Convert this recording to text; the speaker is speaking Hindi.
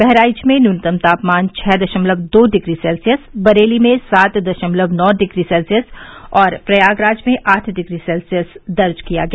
बहराइच में न्यूनतम तापमान छह दशमलव दो डिग्री सेल्सियस बरेली में सात दशमलव नौ डिग्री सेल्सियस और प्रयागराज में आठ डिग्री सेल्सियस दर्ज किया गया